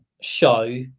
show